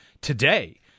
today